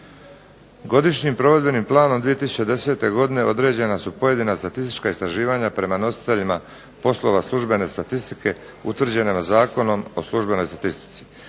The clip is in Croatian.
Godišnjim provedbenim planom 2010. godine određena su pojedina statistička istraživanja prema nositeljima poslova službene statistike utvrđene Zakonom o službenoj statistici.